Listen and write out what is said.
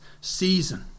season